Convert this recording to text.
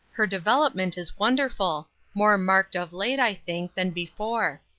her development is wonderful more marked of late, i think, than before.